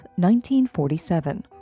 1947